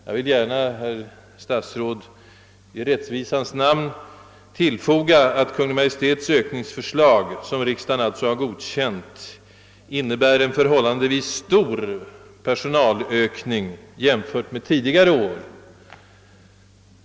Jag vill gärna, herr statsråd, i rättvisans namn tillfoga att Kungl. Maj:ts ökningsförslag, som riksdagen alltså har bifallit, innebär en förhållandevis stor personalökning jämförd med tidigare år.